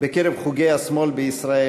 בקרב חוגי השמאל בישראל,